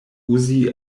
uzi